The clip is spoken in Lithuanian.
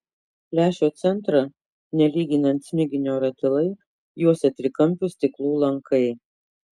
lęšio centrą nelyginant smiginio ratilai juosė trikampių stiklų lankai